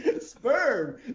Sperm